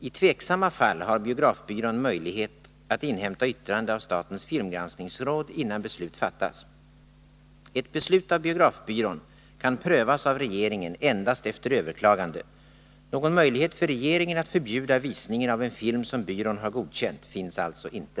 I tveksamma fall har biografbyrån Nr 27 möjlighet att inhämta yttrande av statens filmgranskningsråd innan beslut fattas. Ett beslut av biografbyrån kan prövas av regeringen endast efter överklagande. Någon möjlighet för regeringen att förbjuda visningen av en film som byrån har godkänt finns alltså inte.